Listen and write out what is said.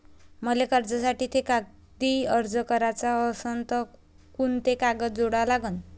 मले कर्जासाठी थे कागदी अर्ज कराचा असन तर कुंते कागद जोडा लागन?